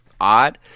odd